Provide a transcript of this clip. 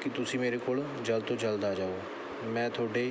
ਕਿ ਤੁਸੀਂ ਮੇਰੇ ਕੋਲ ਜਲਦ ਤੋਂ ਜਲਦ ਆ ਜਾਓ ਮੈਂ ਤੁਹਾਡੇ